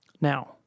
Now